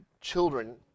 children